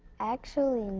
actually,